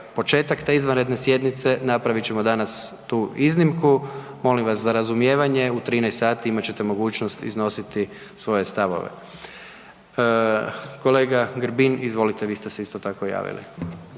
početak te izvanredne sjednice, napravit ćemo danas tu iznimku. Molim vas za razumijevanje, u 13 sati imat ćete mogućnost iznositi svoje stavove. Kolega Grbin, izvolite, vi ste se isto tako javili.